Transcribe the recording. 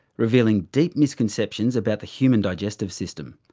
revealing deep misconceptions about the human digestive system.